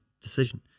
decision